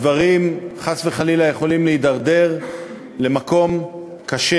הדברים חס וחלילה יכולים להתדרדר למקום קשה.